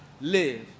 live